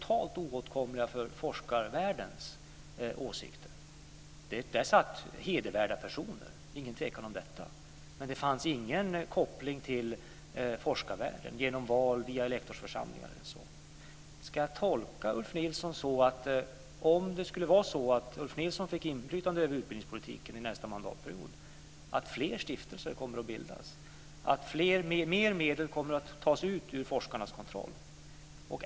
De var totalt oåtkomliga för forskarvärldens åsikter. Där satt hedervärda personer. Det är ingen tvekan om detta. Men det fanns ingen koppling till forskarvärlden genom val eller via elektorsförsamlingar. Ska jag tolka Ulf Nilsson så att om Ulf Nilsson får inflytande över utbildningspolitiken under nästa mandatperiod kommer fler stiftelser att bildas och mer medel att tas från forskarnas kontroll?